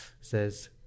says